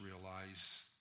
realize